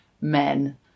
men